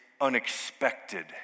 unexpected